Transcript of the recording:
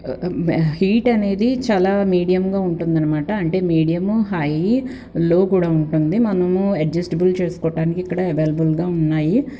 heat అనేది చాలా మీడియంగా ఉంటుందన్నమాట అంటే మీడియము హై లో కూడా ఉంటుంది మనము అడ్జస్టబుల్ చేసుకోటానికి ఇక్కడ అవైలబుల్గా ఉన్నాయి